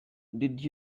did